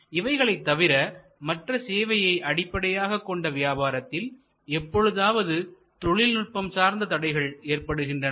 இவைகளைத் தவிர மற்ற சேவையை அடிப்படையாகக் கொண்ட வியாபாரத்தில் எப்பொழுதாவது தொழில்நுட்பங்கள் சார்ந்த தடைகள் ஏற்படுகின்றன